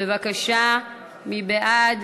בבקשה, מי בעד?